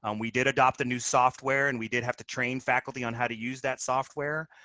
um we did adopt a new software, and we did have to train faculty on how to use that software.